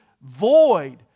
void